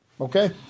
okay